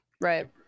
Right